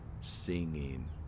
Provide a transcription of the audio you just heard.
Singing